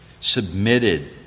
submitted